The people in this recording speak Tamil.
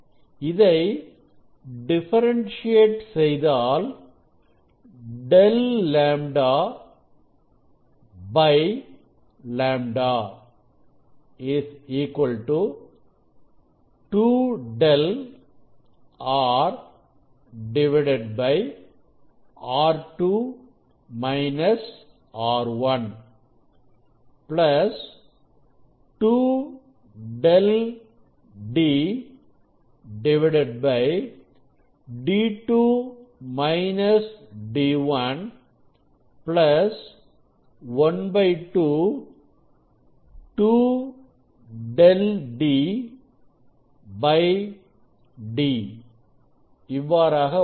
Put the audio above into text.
இதை டிஃபரண்டியட் செய்தாள் நமக்கு ẟλ λ 2 ẟ R R2 - R1 2 ẟ D D2 - D1 ½ 2 ẟd d கிடைக்கிறது